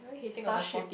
starship